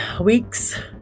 weeks